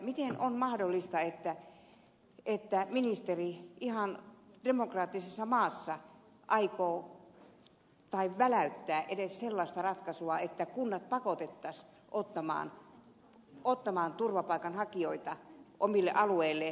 miten on mahdollista että ministeri ihan demokraattisessa maassa edes väläyttää sellaista ratkaisua että kunnat pakotettaisiin ottamaan turvapaikanhakijoita omille alueilleen